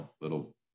little